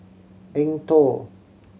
Eng Tow